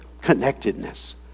connectedness